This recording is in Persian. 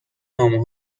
نامه